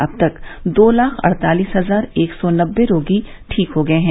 अब तक दो लाख अड़तालीस हजार एक सौ नब्बे रोगी ठीक हो गये हैं